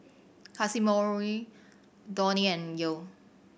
Casimiro Donny and Yael